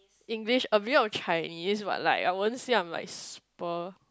English a bit of Chinese but like I won't see I am like super